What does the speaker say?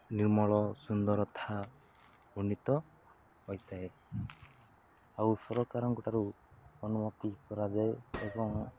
ନିର୍ମଳ ସୁନ୍ଦରତା ଉନ୍ନୀତ ହୋଇଥାଏ ଆଉ ସରକାରଙ୍କଠାରୁ ଅନୁମତି କରାଯାଏ ଏବଂ